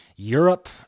Europe